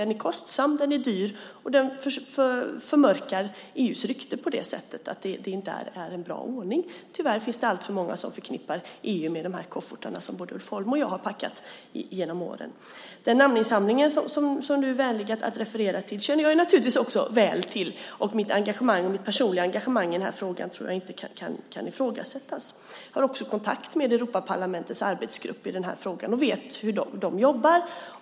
Den är kostsam och dyr och förmörkar EU:s rykte. Tyvärr finns det alltför många som förknippar EU med de här koffertarna, som både Ulf Holm och jag har packat genom åren. Den namninsamling som du är vänlig att referera till känner jag också väl till. Mitt personliga engagemang i den frågan tror jag inte kan ifrågasättas. Jag har också kontakt med Europaparlamentets arbetsgrupp i frågan och vet hur den jobbar.